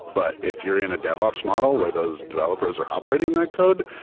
but if you're in a devops model where those developers are operating that code,